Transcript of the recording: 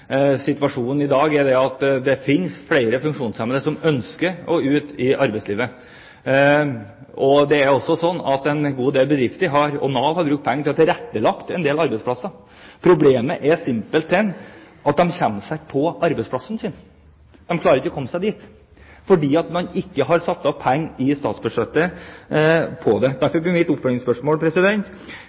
Situasjonen i dag er at det finnes flere funksjonshemmede som ønsker å gå ut i arbeidslivet. En god del bedrifter, og Nav, har brukt penger for å tilrettelegge en del arbeidsplasser, men problemet er simpelthen at de funksjonshemmede ikke kommer seg til arbeidsplassen sin. De klarer ikke å komme seg dit fordi man ikke har satt av penger i statsbudsjettet. Derfor blir mitt oppfølgingsspørsmål: